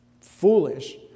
foolish